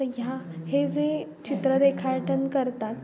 तं ह्या हे जे चित्र रेखाटन करतात